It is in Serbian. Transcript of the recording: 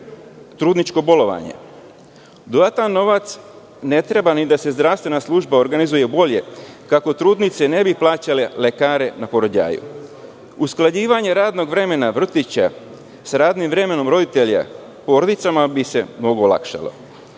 trudničko bolovanje. Dodatan novac ne treba ni da se zdravstvena služba organizuje bolje, kako trudnice ne bi plaćale lekare na porođaju. Usklađivanje radnog vremena vrtića sa radnim vremenom roditelja porodicama bi se mnogo olakšalo.